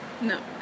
No